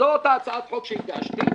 שזאת הצעת החוק שהגשתי,